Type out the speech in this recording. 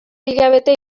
hilabete